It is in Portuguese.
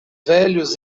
velhos